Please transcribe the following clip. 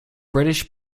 british